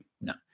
no